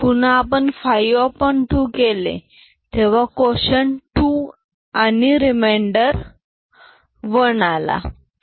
पुन्हा आपण 52 केले तेव्हा quotion 2 आणि remainder 1 आला